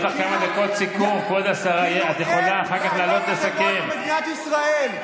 כאילו אין בעיות אחרות במדינת ישראל.